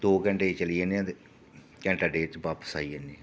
दो त्रैऽ घैंटें गी चली जन्ने आं ते घैंटे दौं घैंटें च बापस आई जन्ने आं